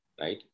right